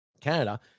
Canada